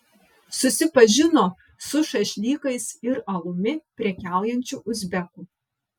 susipažino su šašlykais ir alumi prekiaujančiu uzbeku